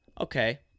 okay